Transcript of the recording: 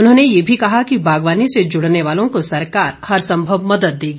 उन्होंने ये भी कहा कि बागवानी से जुड़ने वालों को सरकार हरसंभव मदद देगी